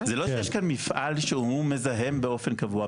זה לא שיש כאן מפעל שהוא מזהם באופן קבוע,